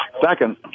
Second